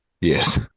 Yes